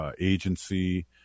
agency